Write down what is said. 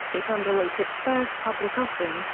it underwrote its first public offering,